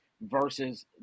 versus